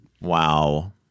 Wow